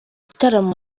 gitaramo